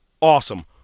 awesome